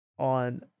on